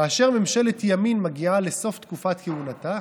כאשר ממשלת ימין מגיעה לסוף תקופת כהונתה,